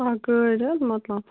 اَکھ گٲڑۍ حظ مطلب